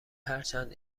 هرچند